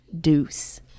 deuce